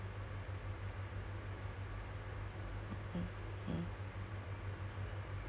guys because we we're we're told you know that my area our area there a high crime rate